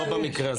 לא להפריע.